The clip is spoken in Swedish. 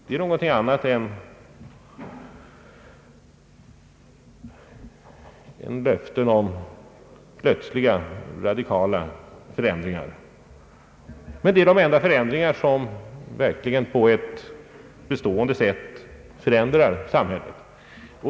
Det är någonting annat än löften om plötsliga radikala förändringar, men det är de enda förändringar som verkligen på ett bestående sätt förändrar samhället.